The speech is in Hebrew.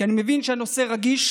כי אני מבין שהנושא רגיש,